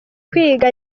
kwiga